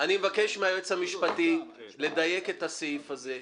מהיועץ המשפטי לדייק את הסעיף הזה.